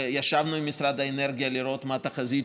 ישבנו עם משרד האנרגיה לראות מה התחזית